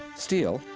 steele,